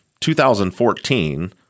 2014